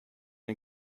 den